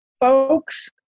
folks